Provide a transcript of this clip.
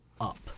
up